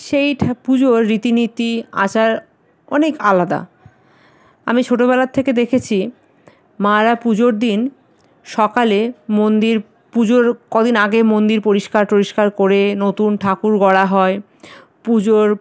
সেই পুজোর রীতি নীতি আচার অনেক আলাদা আমি ছোটোবেলার থেকে দেখেছি মারা পুজোর দিন সকালে মন্দির পুজোর কদিন আগে মন্দির পরিষ্কার টরিষ্কার করে নতুন ঠাকুর গড়া হয় পুজোর